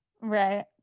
Right